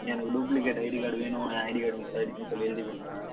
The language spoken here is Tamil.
எனக்கு டூப்ளிகேட் ஐடி கார்டு வேணும் என் ஐடி கார்டு மிஸ் ஆகிடுச்சின்னு சொல்லி எழுதிக் கொடுங்க